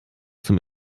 zum